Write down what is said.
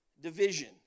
division